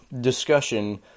discussion